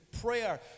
prayer